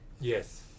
Yes